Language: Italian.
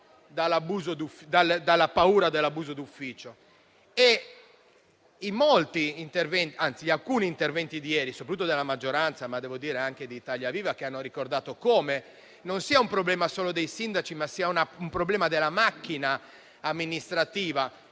dalla paura dell'abuso d'ufficio. Alcuni interventi di ieri, soprattutto della maggioranza, ma devo dire anche di Italia Viva, hanno ricordato come non sia un problema solo dei sindaci, ma della macchina amministrativa.